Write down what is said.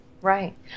Right